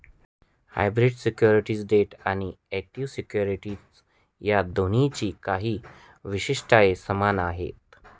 hybrid securities debt आणि equity securities या दोन्हींची काही वैशिष्ट्ये समान आहेत